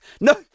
no